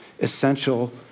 essential